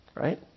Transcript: right